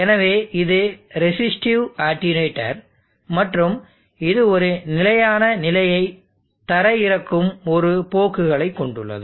எனவே இது resistive attenuator மற்றும் இது ஒரு நிலையான நிலையை தரையிறக்கும் ஒரு போக்குகளைக் கொண்டுள்ளது